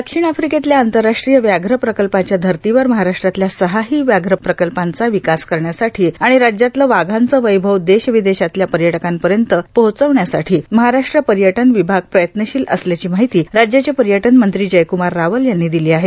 दक्षिण आफ्रिकेतल्या आंतरराष्ट्रीय व्याघ्र प्रकल्पांच्या धर्तीवर महाराष्ट्रातल्या सहाही व्याघ्रप्रकल्पांचा विकास करण्यासाठी आणि राज्यातलं वाघांचं वैभव देश विदेशातल्या पर्यटकांपर्यंत पोहोचवण्यासाठी महाराष्ट्र पर्यटन विभाग प्रयत्नशील असल्याची माहिती राज्याचे पर्यटन मंत्री जयक्मार रावल यांनी दिली आहे